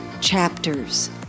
chapters